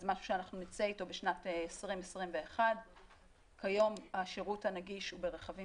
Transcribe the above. אז זה משהו שאנחנו נצא איתו בשנת 2021. כיום השירות הנגיש הוא ברכבים